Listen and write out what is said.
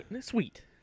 sweet